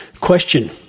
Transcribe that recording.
Question